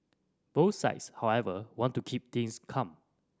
both sides however want to keep things calm